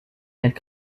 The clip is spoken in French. elles